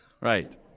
Right